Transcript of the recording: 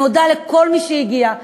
אני מודה לכל מי שהגיע,